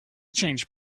change